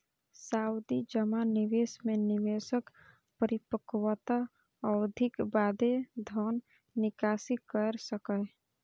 सावधि जमा निवेश मे निवेशक परिपक्वता अवधिक बादे धन निकासी कैर सकैए